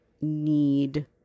Need